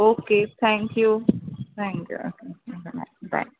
okay thank you thank you हा ना bye